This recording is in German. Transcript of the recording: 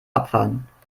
abfahren